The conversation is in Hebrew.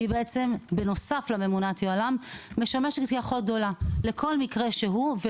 שבנוסף לממונת יוה"לם משמשת כאחות גדולה לכל מקרה שהוא,